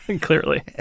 Clearly